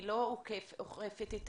היא לא אוכפת את